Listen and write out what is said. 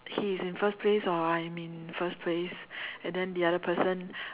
he's in first place or I'm in first place and then the other person